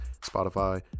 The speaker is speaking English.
spotify